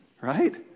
Right